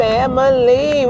Family